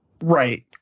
Right